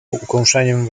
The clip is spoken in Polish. ukąszeniem